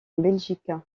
belgique